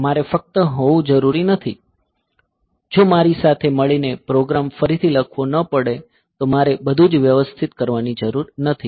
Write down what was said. મારે ફક્ત હોવું જરૂરી નથી જો મારે સાથે મળીને પ્રોગ્રામ ફરીથી લખવો ન પડે તો મારે બધું જ વ્યવસ્થિત કરવાની જરૂર નથી